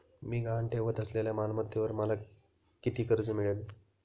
मी गहाण ठेवत असलेल्या मालमत्तेवर मला किती कर्ज मिळेल?